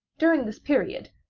during this period,